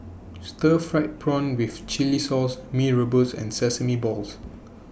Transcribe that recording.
Stir Fried Prawn with Chili Sauce Mee Rebus and Sesame Balls